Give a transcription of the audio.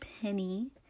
Penny